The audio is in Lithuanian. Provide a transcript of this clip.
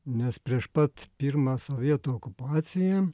nes prieš pat pirmą sovietų okupaciją